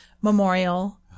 memorial